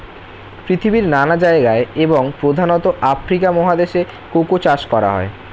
পৃথিবীর নানা জায়গায় এবং প্রধানত আফ্রিকা মহাদেশে কোকো চাষ করা হয়